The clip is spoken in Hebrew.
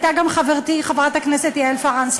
הייתה גם חברתי חברת הכנסת יעל פארן,